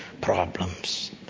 problems